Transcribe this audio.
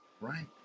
right